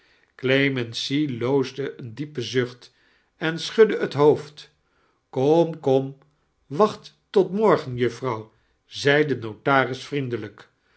loosd een diepen zueht en sichudde hat hoofd kom kom waoht tot morgen juffrouw zei de notaris vtiendelijk